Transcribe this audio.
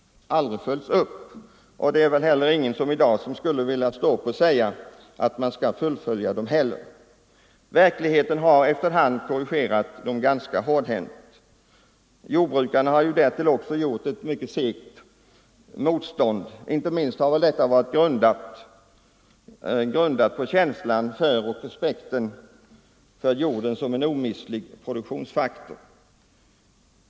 Ingen skulle väl heller i dag vilja stå upp och säga att man skall fullfölja dem. Verkligheten har ju efter hand korrigerat intentionerna ganska hårdhänt. Jordbrukarna har därtill gjort ett segt motstånd, inte minst grundat på känslan och respekten för jorden som en omistlig produktionsfaktor.